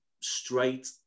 straight